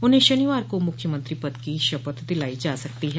उन्हें शनिवार को मुख्यमंत्री पद की शपथ दिलाई जा सकती है